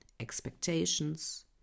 expectations